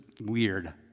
weird